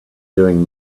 doing